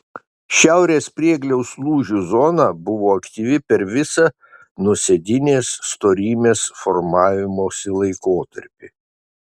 šiaurės priegliaus lūžių zona buvo aktyvi per visą nuosėdinės storymės formavimosi laikotarpį